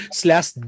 slash